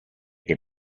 che